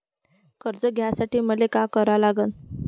कर्ज घ्यासाठी मले का करा लागन?